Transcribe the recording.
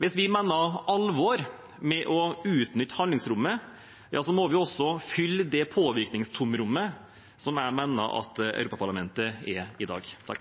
Hvis vi mener alvor med å utnytte handlingsrommet, må vi også fylle det påvirkningstomrommet som jeg mener at Europaparlamentet er i dag.